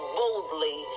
boldly